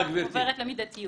השאלה עוברת למידתיות.